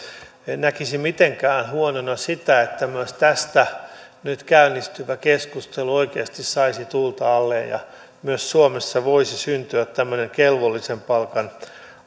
näkisi mitenkään huonona sitä että myös tästä nyt käynnistyvä keskustelu oikeasti saisi tuulta alleen ja myös suomessa voisi syntyä tämmöinen kelvollisen palkan